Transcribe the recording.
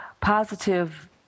positive